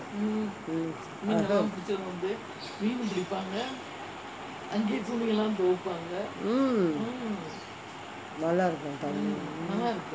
mm நல்லாருக்கும்:nallarukum